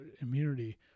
immunity